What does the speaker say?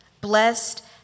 blessed